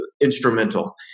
instrumental